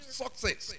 success